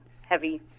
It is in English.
heavy